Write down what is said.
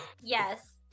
Yes